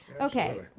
Okay